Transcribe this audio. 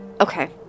Okay